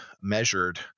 measured